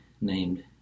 named